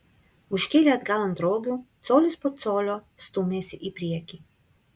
užkėlę atgal ant rogių colis po colio stūmėsi į priekį